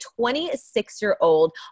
26-year-old